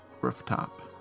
Rooftop